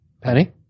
Penny